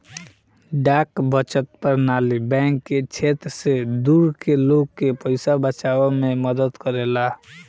डाक बचत प्रणाली बैंक के क्षेत्र से दूर के लोग के पइसा बचावे में मदद करेला